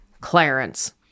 Clarence